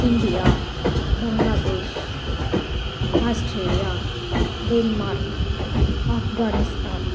India Bangladesh Australia Denmark Afghanistan